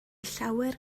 llawer